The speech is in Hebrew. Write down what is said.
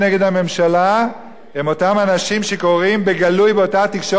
אנשים שקוראים בגלוי באותה תקשורת להכחדת היהדות החרדית.